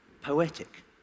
poetic